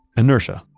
inertia.